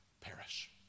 perish